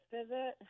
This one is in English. visit